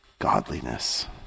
godliness